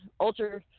ultra